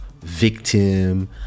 Victim